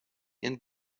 and